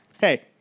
hey